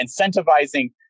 incentivizing